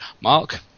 Mark